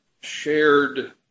shared